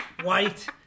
White